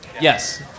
Yes